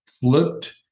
flipped